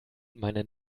meinen